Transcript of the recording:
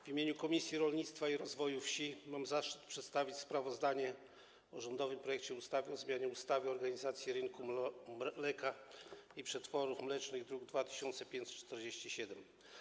W imieniu Komisji Rolnictwa i Rozwoju Wsi mam zaszczyt przedstawić sprawozdanie o rządowym projekcie ustawy o zmianie ustawy o organizacji rynku mleka i przetworów mlecznych, druk nr 2547.